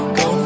go